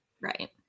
Right